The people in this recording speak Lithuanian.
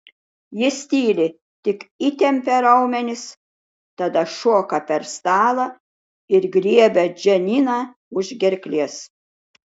jis tyli tik įtempia raumenis tada šoka per stalą ir griebia džaniną už gerklės